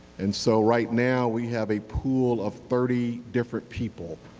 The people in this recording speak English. and so right now we have a pool of thirty different people.